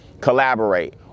collaborate